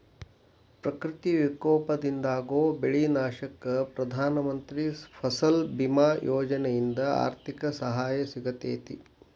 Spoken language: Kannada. ಪ್ರಕೃತಿ ವಿಕೋಪದಿಂದಾಗೋ ಬೆಳಿ ನಾಶಕ್ಕ ಪ್ರಧಾನ ಮಂತ್ರಿ ಫಸಲ್ ಬಿಮಾ ಯೋಜನೆಯಿಂದ ಆರ್ಥಿಕ ಸಹಾಯ ಸಿಗತೇತಿ